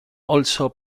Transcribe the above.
also